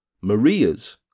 maria's